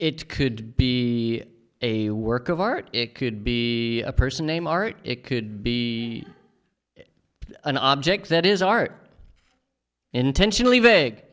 it could be a work of art it could be a person name art it could be an object that is art intentionally b